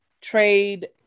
trade